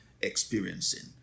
experiencing